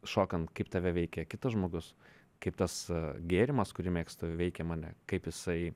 šokant kaip tave veikia kitas žmogus kaip tas gėrimas kurį mėgstu veikia mane kaip jisai